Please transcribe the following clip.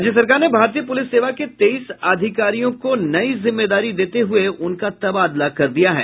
राज्य सरकार ने भारतीय पुलिस सेवा के तेईस अधिकारियों को नई जिम्मेदारी देते हुये उनका तबादला कर दिया है